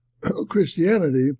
Christianity